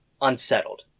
unsettled